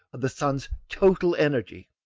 of the sun's total energy.